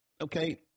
Okay